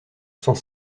cent